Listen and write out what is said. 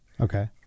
Okay